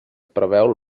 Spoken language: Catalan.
preveu